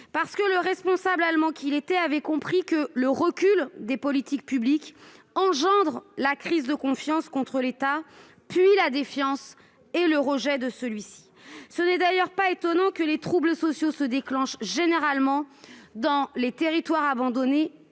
sécuritaire. Le responsable allemand qu'il était avait compris que le recul des politiques publiques engendre une crise de confiance vis-à-vis de l'État, puis la défiance et, pour finir, le rejet de celui-ci. Ce n'est d'ailleurs pas étonnant que les troubles sociaux se déclenchent généralement dans les territoires abandonnés